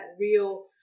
real